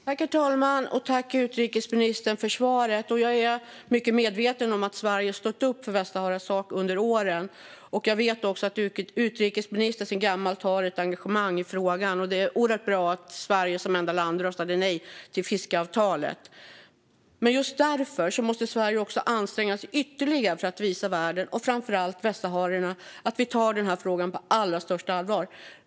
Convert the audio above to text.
Herr talman! Jag tackar utrikesministern för svaret. Jag är väl medveten om att Sverige stått upp för Västsaharas sak under åren. Jag vet också att utrikesministern sedan gammalt har ett engagemang i frågan. Det är oerhört bra att Sverige som enda land röstade nej till fiskeavtalet. Men just därför måste Sverige anstränga sig ytterligare för att visa världen och framför allt västsaharierna att vi tar frågan på allra största allvar.